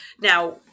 Now